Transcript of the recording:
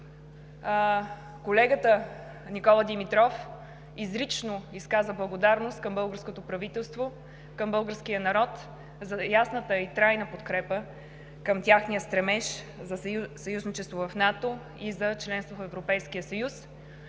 колегата Никола Димитров изрично изказа благодарност към българското правителство, към българския народ за ясната и трайна подкрепа на техния стремеж за съюзничество в НАТО и за членство в Европейския съюз.